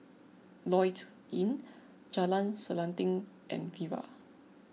Lloyds Inn Jalan Selanting and Viva